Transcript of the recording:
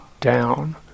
down